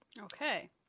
okay